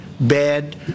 bad